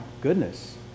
goodness